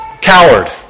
coward